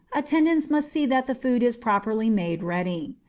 attendants must see that the food is properly made ready.